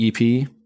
EP